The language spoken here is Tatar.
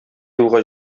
юлга